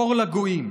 אור לגויים,